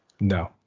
No